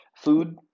Food